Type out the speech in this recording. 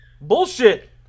Bullshit